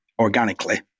organically